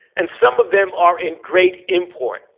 and some of them are in great import,